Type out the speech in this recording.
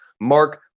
Mark